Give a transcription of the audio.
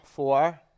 Four